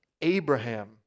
Abraham